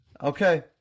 Okay